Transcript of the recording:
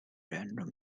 random